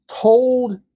told